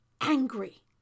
angry